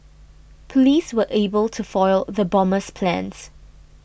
police were able to foil the bomber's plans